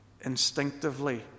instinctively